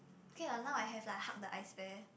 okay lah now I have lah hug the ice bear